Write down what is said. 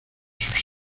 sus